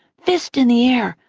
fist in the air,